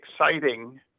exciting